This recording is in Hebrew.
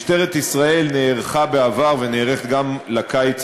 משטרת ישראל נערכה בעבר ונערכת גם לקיץ